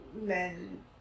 men